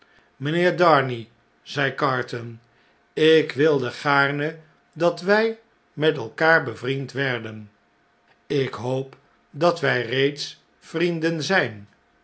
worden mijnheerdarnay zei carton ikwildegaame dat wij met elkaar bevriend werden ik hoop dat wij reeds vrienden zijn